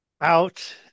out